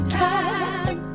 time